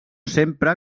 sempre